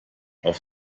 auf